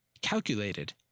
calculated